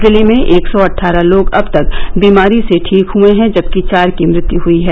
जिले में एक सौ अट्ठारह लोग अब तक बीमारी से ठीक हए हैं जबकि चार की मृत्यु हई है